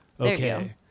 okay